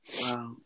Wow